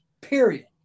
period